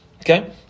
Okay